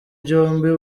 byombi